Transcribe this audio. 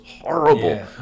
horrible